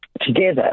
together